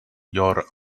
your